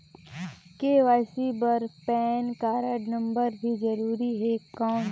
KYC बर PAN card number भी जरूरी हे कौन?